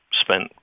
spent